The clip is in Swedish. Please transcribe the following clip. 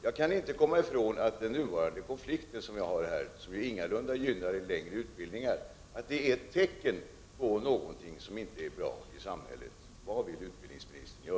Jag kan inte komma ifrån att den nuvarande konflikten — som ingalunda gynnar en längre utbildning — är ett tecken på något som inte är bra i samhället. Vad vill utbildningsministern göra?